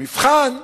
המבחן,